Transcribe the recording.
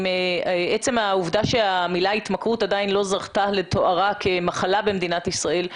עצם העובדה שהמילה התמכרות עדיין לא זכתה לתוארה כמחלה במדינת ישראל,